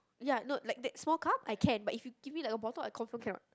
ya no like that small cup I can but if you give me like a bottle I confirm cannot